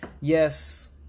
Yes